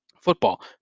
Football